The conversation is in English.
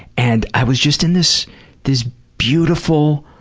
and i was just in this this beautiful